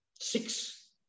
six